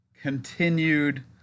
continued